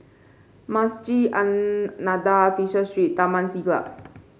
Masjid An Nahdhah Fisher Street and Taman Siglap